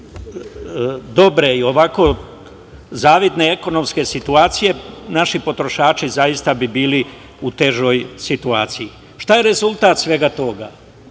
dobre i ovako zavidne ekonomske situacije, naši potrošači, zaista bi bili u težoj situaciji. Šta je rezultat svega toga? To